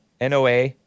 NOA